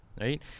right